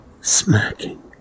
smacking